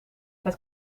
het